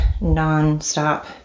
non-stop